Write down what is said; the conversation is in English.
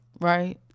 right